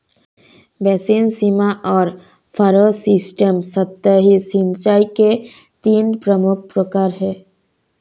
basin, सीमा और furrow system सतही सिंचाई के तीन प्रमुख प्रकार है